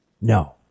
No